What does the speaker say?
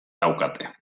daukate